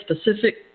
specific